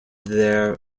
their